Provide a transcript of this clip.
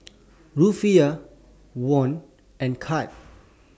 Rufiyaa Won and Cad